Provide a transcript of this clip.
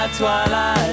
twilight